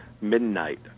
Midnight